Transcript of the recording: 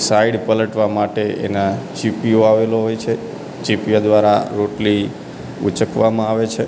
side પલટવા માટે એના ચીપીયો આવેલો હોય છે ચીપીયા દ્વારા રોટલી ઊંચકવામાં આવે છે